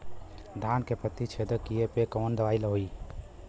धान के पत्ती छेदक कियेपे कवन दवाई होई?